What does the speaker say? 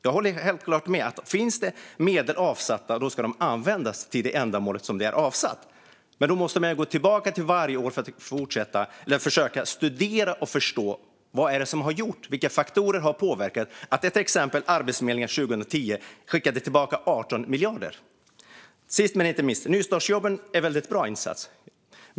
Jag håller helt klart med: Finns det medel avsatta ska de användas till det ändamål de är avsatta för. Då måste man gå tillbaka till varje år för att försöka studera och förstå vilka faktorer som har påverkat så att Arbetsförmedlingen till exempel 2018 skickade tillbaka 18 miljarder. Sist men inte minst: Nystartsjobben är en väldigt bra insats.